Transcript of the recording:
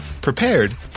prepared